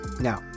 Now